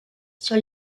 sur